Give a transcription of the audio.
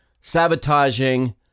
sabotaging